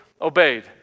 obeyed